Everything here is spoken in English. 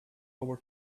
over